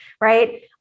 right